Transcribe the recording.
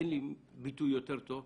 אין לי ביטוי יותר טוב,